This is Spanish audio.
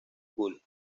school